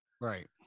Right